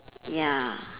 ya